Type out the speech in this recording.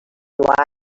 relaxing